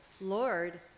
Lord